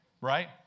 right